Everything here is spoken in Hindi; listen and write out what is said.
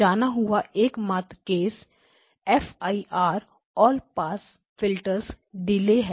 जाना हुआ एक मात्र case F I R all pass filter delay है